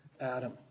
Adam